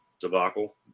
debacle